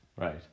Right